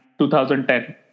2010